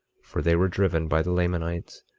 for they were driven by the lamanites,